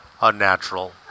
unnatural